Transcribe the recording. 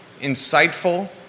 insightful